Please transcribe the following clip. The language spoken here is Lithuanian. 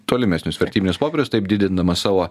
tolimesnius vertybinius popierius taip didindamas savo